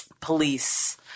police